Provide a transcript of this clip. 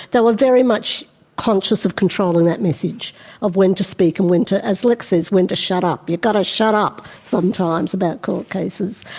were very much conscious of controlling that message of when to speak and when to, as lex says, when to shut up, you've got to shut up sometimes about court cases.